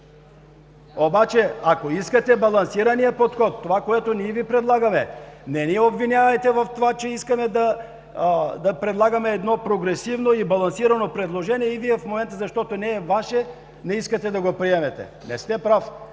Обаче, ако искате балансирания подход, което ние Ви предлагаме, не ни обвинявайте в това, че искаме едно прогресивно и балансирано предложение и Вие в момента, защото не е Ваше, не искате да го приемете. Не сте прав.